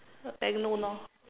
bank loan orh